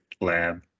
lab